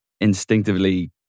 instinctively